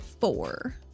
Four